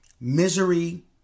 misery